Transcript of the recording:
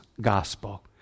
gospel